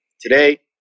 Today